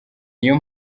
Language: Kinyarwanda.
niyo